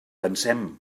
pensem